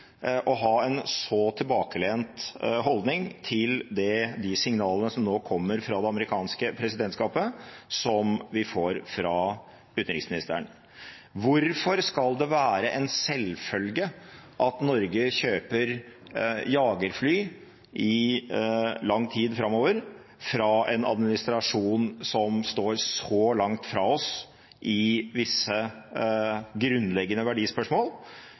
signalene som nå kommer fra det amerikanske presidentskapet, som vi får fra utenriksministeren. Hvorfor skal det være en selvfølge at Norge i lang tid framover kjøper jagerfly fra en administrasjon som står så langt fra oss i visse grunnleggende verdispørsmål?